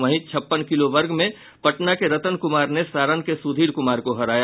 वहीं छप्पन किलो वर्ग में पटना के रतन कुमार ने सारण के सुधीर कुमार को हराया